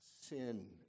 Sin